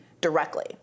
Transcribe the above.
directly